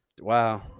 Wow